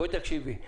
תקשיבי.